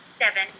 seven